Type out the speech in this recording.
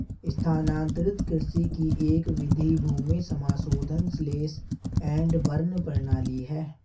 स्थानांतरित कृषि की एक विधि भूमि समाशोधन स्लैश एंड बर्न प्रणाली है